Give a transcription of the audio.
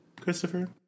Christopher